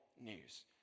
news